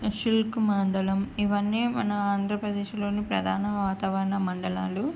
silk మండలం ఇవన్నీ మన ఆంధ్రప్రదేశ్లోని ప్రధాన వాతావరణ మండలాలు